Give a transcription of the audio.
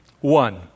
One